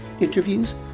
interviews